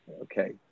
Okay